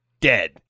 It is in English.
dead